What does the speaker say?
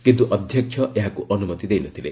କିନ୍ତୁ ଅଧ୍ୟକ୍ଷ ଏହାକୁ ଅନୁମତି ଦେଇନଥିଲେ